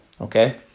okay